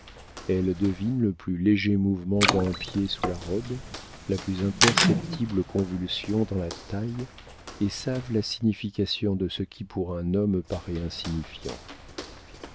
elles devinent le plus léger mouvement d'un pied sous la robe la plus imperceptible convulsion dans la taille et savent la signification de ce qui pour un homme paraît insignifiant